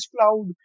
cloud